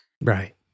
Right